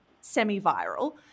semi-viral